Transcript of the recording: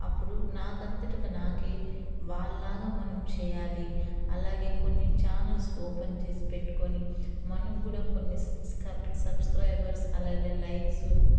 అప్పుడు నాకంతటకు నాకే వాళ్ళలాగా మనం చేయాలి అలాగే కొన్ని చానల్స్ ఓపెన్ చేసి పెట్టుకుని మనకు కూడా కొన్ని స్క్రబ్ సబ్స్క్రైబర్స్ అలాగే లైక్సు